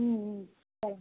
సరే